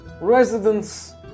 residents